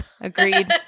agreed